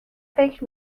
فکر